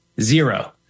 zero